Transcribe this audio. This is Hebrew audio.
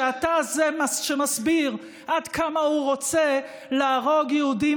שאתה זה שמסביר עד כמה הוא רוצה להרוג יהודים